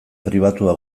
pribatua